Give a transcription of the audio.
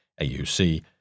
AUC